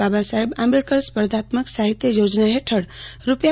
બાબાસાહેબ આંબેડકર સ્પર્ધાત્મક સાહિત્ય યોજના હેઠળ રૂા